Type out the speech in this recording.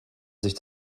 sich